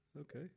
okay